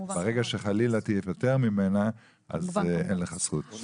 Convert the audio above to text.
ברגע שחלילה תיפטר ממנה אז אין לך זכות.